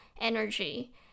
energy